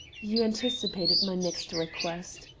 you anticipated my next request.